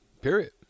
Period